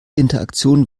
interaktion